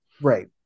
right